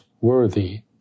worthy